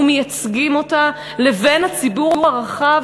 ומייצגים אותה לבין הציבור הרחב